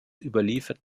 überliefert